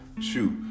shoot